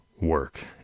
work